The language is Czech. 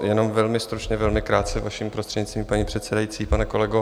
Jenom velmi stručně, velmi krátce, vaším prostřednictvím, paní předsedající, pane kolego.